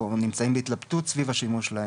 או נמצאים בהתלבטות סביב השימוש שלהם,